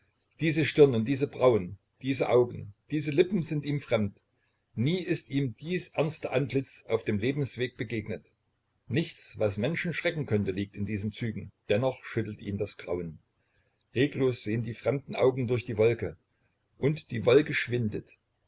diese stirn und diese brauen diese augen diese lippen sind ihm fremd nie ist ihm dies ernste antlitz auf dem lebensweg begegnet nichts was menschen schrecken könnte liegt in diesen zügen dennoch schüttelt ihn das grauen reglos sehn die fremden augen durch die wolke und die wolke schwindet